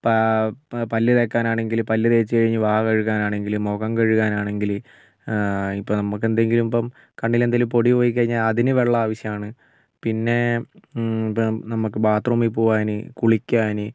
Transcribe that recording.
പല്ലു തേക്കാനാണെങ്കിൽ പല്ല് തേച്ച് കഴിഞ്ഞ് വായ കഴുകാനാണെങ്കിൽ മുഖം കഴുകാനാണെങ്കിൽ ഇപ്പോൾ നമ്മൾക്കെന്തെങ്കിലും ഇപ്പം കണ്ണിലെന്തെങ്കിലും പൊടി പോയിക്കഴിഞ്ഞാൽ അതിന് വെള്ളം ആവശ്യമാണ് പിന്നെ ഇപ്പം നമ്മൾക്ക് ബാത്ത് റൂമിൽ പോകുവാൻ കുളിക്കാൻ